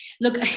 look